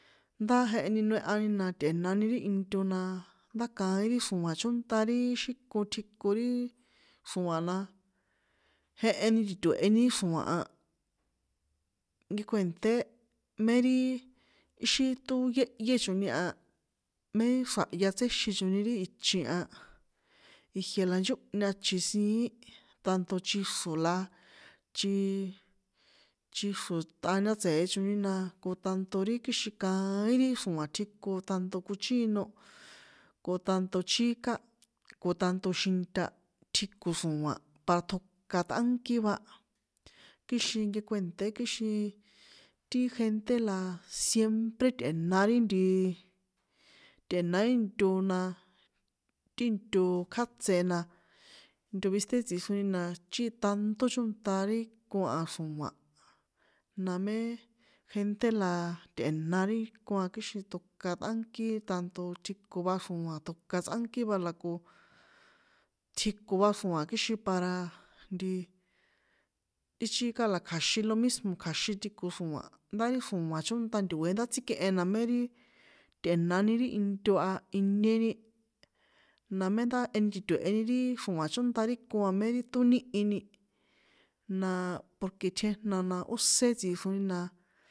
Ndá jeheni noehani na tꞌe̱nani ri into na- a, ndá kaín ri xro̱a̱n chónṭa ri xí ko tjiko ri xro̱a̱n na, jeheni tiue̱heni ri xro̱a̱n a, nkekuènté mé riii, íxí ṭóyéhyé choni a méxra̱hay tséxin choni ri ichin a, ijie la nchónhña chin siín, tanto chin xro̱ la, chi- in, chin xro̱ ṭꞌaña tse̱e choni na ko tanto ri kixin kaín ri xro̱an tjiko tanto kochíno, ko tanto chíká, ko tanto xi̱nta tjiko xro̱a̱n, para ṭjoka tꞌánkí va, kixin nkekuènṭé kixin, ti gente la, siempre tꞌe̱na ri ntiii, tꞌe̱na ri nto na, ti nto kjátsé na, nto bistec tsixroni na chí tanto chónṭa ri ko a xro̱a̱n, na mé gente la tꞌe̱na ri ko a kixin ṭjoka ṭꞌánkí tanto tjiko va xro̱a̱n tjoka tsꞌákí va la ko tsjiko va xroan kixin para ntiiiii, í chíka la kja̱xin lo mismo kja̱xin tjiko xro̱a̱n ndá ri xro̱a̱n chónta ti ntoe ndá tsíkꞌe na mé tꞌe̱na ri into a inieni namé ndá jeheni titue̱heni ri xro̱a̱n chónta ri iko a mé ri jeheni ṭoníhini, na porque tjejna na ósé tsixroni na.